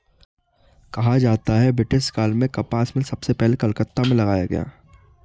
कहा जाता है कि ब्रिटिश काल में कपास मिल सबसे पहले कलकत्ता में लगाया गया